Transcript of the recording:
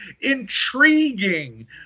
intriguing